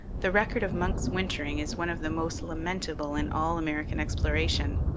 the record of munck's wintering is one of the most lamentable in all american exploration.